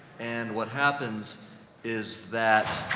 and what happens is that,